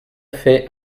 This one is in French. fait